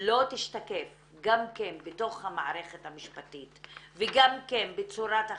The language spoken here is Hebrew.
לא תשתקף גם כן בתוך המערכת המשפטית וגם כן בצורת החקיקה,